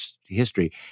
history